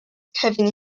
kevin